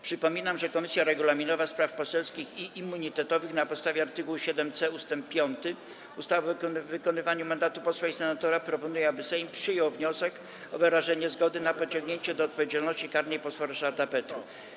Przypominam, że Komisja Regulaminowa, Spraw Poselskich i Immunitetowych na podstawie art. 7c ust. 5 ustawy o wykonywaniu mandatu posła i senatora proponuje, aby Sejm przyjął wniosek o wyrażenie zgody na pociągnięcie do odpowiedzialności karnej posła Ryszarda Petru.